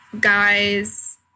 guys